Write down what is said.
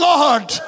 Lord